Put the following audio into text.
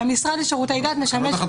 תודה.